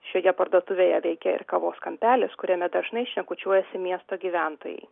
šioje parduotuvėje veikia ir kavos kampelis kuriame dažnai šnekučiuojasi miesto gyventojai